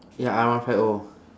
ya R one five O